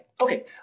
Okay